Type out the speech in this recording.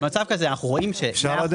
במצב כזה אנחנו רואים --- זה לא המקרה,